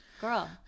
Girl